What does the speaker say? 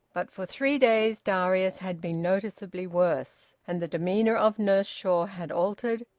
but for three days darius had been noticeably worse, and the demeanour of nurse shaw had altered,